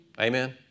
Amen